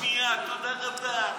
פעם שנייה, תודה רבה.